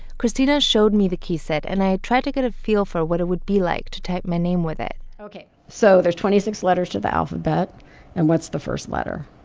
christina showed me the keyset and i tried to get a feel for what it would be like to type my name with it okay, so there's twenty six letters to the alphabet and what's the first letter?